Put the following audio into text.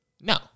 No